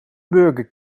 burger